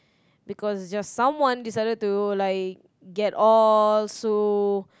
because just someone decided to get like all so